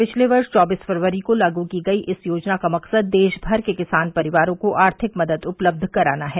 पिछले वर्ष चौबीस फरवरी को लागू की गई इस योजना का मकसद देशभर के किसान परिवारों को आर्थिक मदद उपलब्ध कराना है